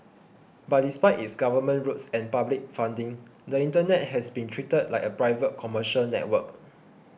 but despite its government roots and public funding the Internet has been treated like a private commercial network